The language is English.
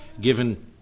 given